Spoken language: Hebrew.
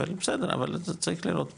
אבל בסדר, אבל זה צריך לראות פה.